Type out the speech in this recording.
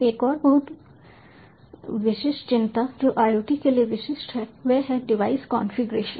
एक और बहुत विशिष्ट चिंता जो IoT के लिए विशिष्ट है वह है डिवाइस कॉन्फ़िगरेशन